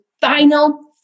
final